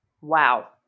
Wow